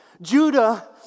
Judah